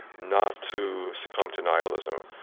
not to succumb to nihilism.